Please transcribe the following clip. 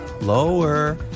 Lower